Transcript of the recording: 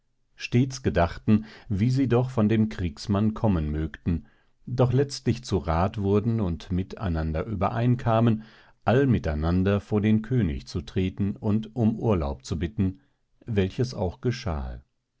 stets gedachten wie sie doch von dem kriegsmann kommen mögten doch letztlich zu rath wurden und mit einander überein kamen all miteinander vor den könig zu treten und um urlaub zu bitten welches auch geschahe